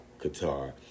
Qatar